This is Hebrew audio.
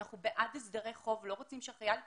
אנחנו בעד הסדרי חוב ולא רוצים שהחייל יוכתם.